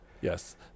Yes